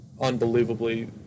unbelievably